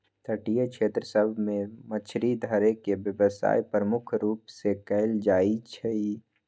तटीय क्षेत्र सभ में मछरी धरे के व्यवसाय प्रमुख रूप से कएल जाइ छइ